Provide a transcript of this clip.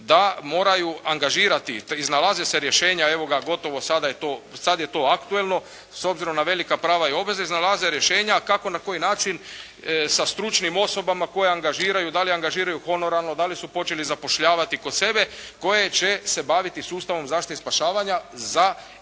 da moraju angažirati, iznalazi se rješenje, evo gotovo sada je to aktualno s obzirom na velika prava i obveze, nalaze rješenja kako na koji način sa stručnim osobama koje angažiraju, da li angažiraju honorarno, da li su počeli zapošljavati kod sebe, koje će se baviti sustavom zaštite i spašavanja za i potrebe